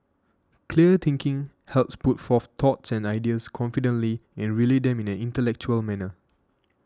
clear thinking helps put forth thoughts and ideas confidently and relay them in an intellectual manner